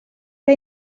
era